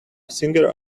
singer